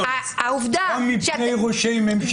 גם מפני ראשי ממשלה.